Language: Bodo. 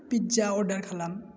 पिज्जा अरडार खालाम